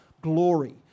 glory